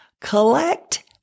Collect